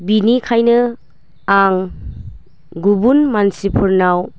बेनिखायनो आं गुबुन मानसिफोरनाव